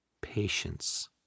Patience